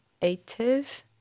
creative